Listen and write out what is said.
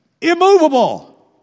immovable